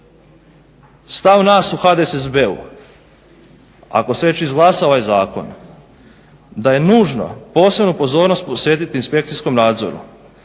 Stav nas u HDSSB-u ako se već izglasa ovaj Zakon da je nužno posebnu pozornost posvetiti inspekcijskom nadzoru,